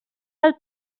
del